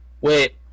Wait